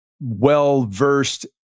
well-versed